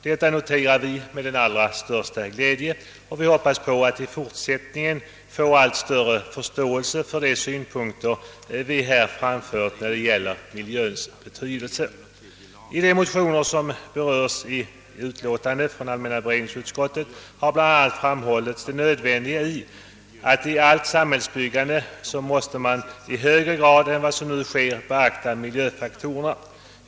Detta noterar vi med den allra största glädje och hoppas att i fortsättningen erhålla allt större förståelse för de synpunkter vi framför när det gäller miljöns betydelse. I de aktuella motionerna har bl.a. framhållits nödvändigheten av att i allt samhällsbyggande i högre grad än som nu sker beakta miljöfaktorerna.